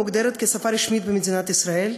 מוגדרת שפה רשמית במדינת ישראל.